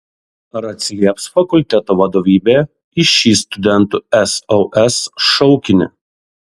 ar atsilieps fakulteto vadovybė į šį studentų sos šaukinį